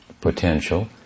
potential